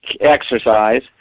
exercise